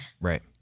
Right